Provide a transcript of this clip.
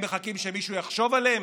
הם מחכים שמישהו יחשוב עליהם?